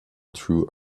through